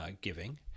giving